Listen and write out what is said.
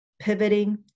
pivoting